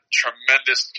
tremendous